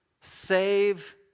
save